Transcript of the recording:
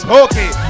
okay